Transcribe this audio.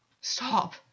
Stop